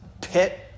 pit